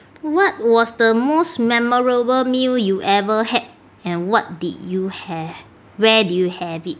what was the most memorable meal you ever had and what did you have where did you have it